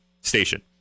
station